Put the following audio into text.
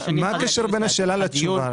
מה הקשר בין השאלה לתשובה?